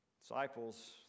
Disciples